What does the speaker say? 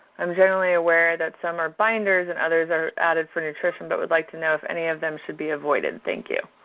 i'm generally aware that some are binders and others are added for nutrition, but would like to know if any of them should be avoided. thank you.